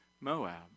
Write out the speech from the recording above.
Moab